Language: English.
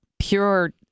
pure